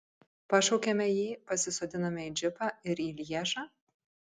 pašaukiame jį pasisodiname į džipą ir į lježą